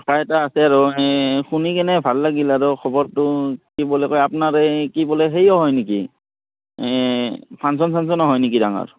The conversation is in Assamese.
আশা এটা আছে আৰু শুনি কিনে ভাল লাগিল আৰু খবৰটো কি বুলি কয় আপোনাৰ এই কি বোলে সেই হয় নেকি ফাংচন চাংচন হয় নেকি ডাঙৰ